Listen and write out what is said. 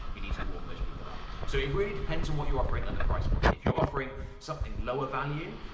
you need to warm those people up. so it really depends on what you're offering and the price point. if you're offering something lower value,